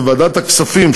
וועדת הכספים,